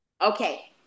Okay